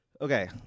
Okay